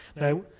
Now